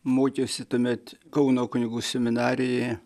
mokiausi tuomet kauno kunigų seminarijoje